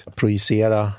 projicera